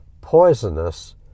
poisonous